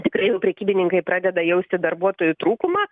tikrai jau prekybininkai pradeda jausti darbuotojų trūkumą